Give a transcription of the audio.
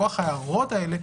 בכוח ההערות האלה,